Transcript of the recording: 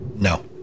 No